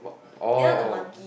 orh orh